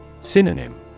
Synonym